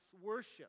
worship